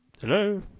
Hello